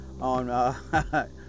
on